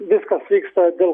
viskas vyksta dėl